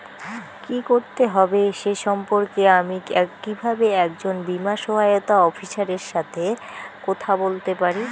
কী করতে হবে সে সম্পর্কে আমি কীভাবে একজন বীমা সহায়তা অফিসারের সাথে কথা বলতে পারি?